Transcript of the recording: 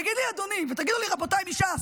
תגיד לי, אדוני, ותגידו לי רבותיי מש"ס,